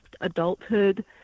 adulthood